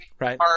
Right